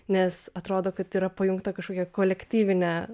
nes atrodo kad yra pajungta kažkokia kolektyvinė